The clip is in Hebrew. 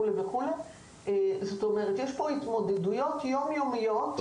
יש פה התמודדויות יום-יומיות.